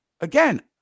again